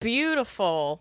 Beautiful